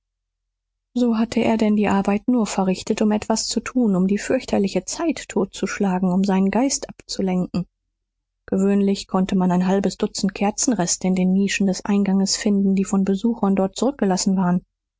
so hatte er denn die arbeit nur verrichtet um etwas zu tun um die fürchterliche zeit totzuschlagen um seinen geist abzulenken gewöhnlich konnte man ein halbes dutzend kerzenreste in den nischen des eingangs finden die von besuchern dort zurückgelassen waren